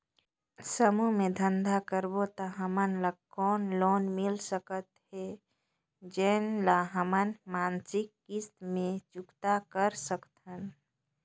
समूह मे धंधा करबो त हमन ल कौन लोन मिल सकत हे, जेन ल हमन मासिक किस्त मे चुकता कर सकथन?